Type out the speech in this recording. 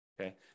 Okay